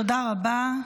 תודה רבה.